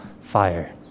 fire